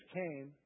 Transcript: came